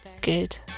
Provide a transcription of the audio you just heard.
good